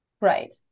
Right